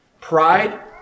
Pride